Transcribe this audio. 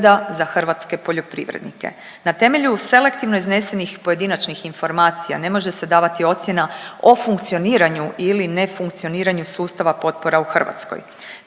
Na temelju selektivno iznesenih pojedinačnih informacija ne može se davati ocjena o funkcioniranju ili nefunkcioniranju sustava potpora u Hrvatskoj.